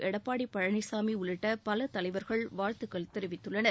எடப்பாடி பழனிசாமி உள்ளிட்ட பல தலைவர்கள் வாழ்த்துக்கள் தெரிவித்துள்ளனர்